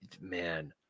man